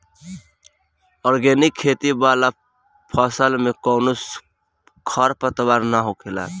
organic खेती वाला फसल में कवनो खर पतवार ना होखेला